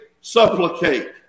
supplicate